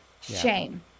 shame